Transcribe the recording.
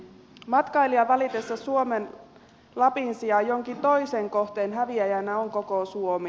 matkailijan valitessa suomen lapin sijaan jonkin toisen kohteen häviäjänä on koko suomi